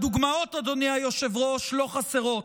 דוגמאות, אדוני היושב-ראש, לא חסרות,